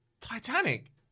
Titanic